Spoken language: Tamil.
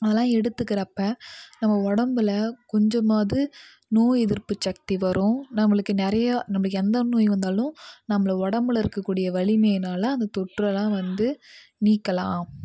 அதெல்லாம் எடுத்துக்கிறப்ப நம்ம உடம்புல கொஞ்சமாவது நோய் எதிர்ப்பு சக்தி வரும் நம்மளுக்கு நிறைய நம்மளுக்கு எந்த நோய் வந்தாலும் நம்மள உடம்புல இருக்க கூடிய வலிமையினால் அந்த தொற்றெல்லாம் வந்து நீக்கலாம்